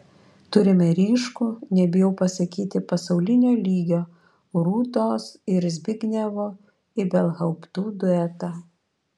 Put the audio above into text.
turime ryškų nebijau pasakyti pasaulinio lygio rūtos ir zbignevo ibelhauptų duetą